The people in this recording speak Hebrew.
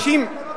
אם הוא היה,